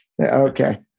Okay